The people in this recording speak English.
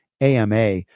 AMA